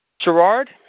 Gerard